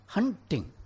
Hunting